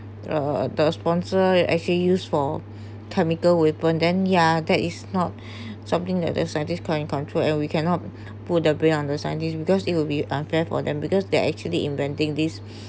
uh a third sponsor actually use for chemical weapon then ya that is not something that the scientists currently control and we cannot put under scientists because it would be unfair for them because they're actually inventing this